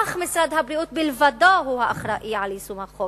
אך משרד הבריאות בלבד אחראי ליישום החוק